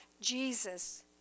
Jesus